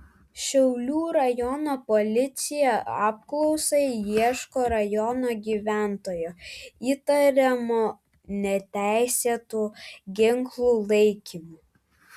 šiaulių rajono policija apklausai ieško rajono gyventojo įtariamo neteisėtu ginklu laikymu